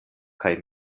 kaj